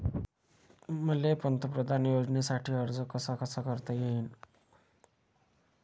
मले पंतप्रधान योजनेसाठी अर्ज कसा कसा करता येईन?